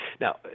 Now